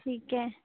ٹھیک ہے